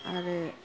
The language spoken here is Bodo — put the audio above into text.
आरो